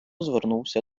звернувся